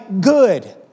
good